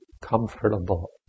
comfortable